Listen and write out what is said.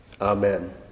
Amen